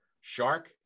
shark